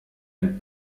and